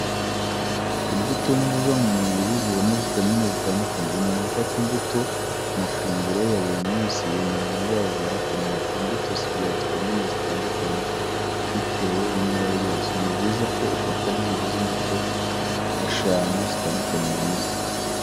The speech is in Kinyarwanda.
Imbuto ni nziza mu mubiri zibamo vitamine zitandukanye. Umuntu ufata imbuto mu mafunguro ye ya buri munsi bimurinda indwara za hato na hato. Imbuto zigira vitamine zitandukanye bitewe n'ibara ryazo, ni byiza ko ufata byibuze imbuto eshanu zitandukanye buri munsi.